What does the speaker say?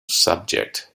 subject